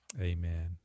Amen